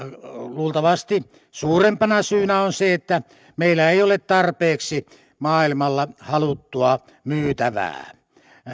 luultavasti suurempana syynä on se että meillä ei ole tarpeeksi maailmalla haluttua myytävää